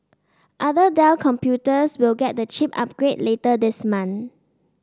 other Dell computers will get the chip upgrade later this month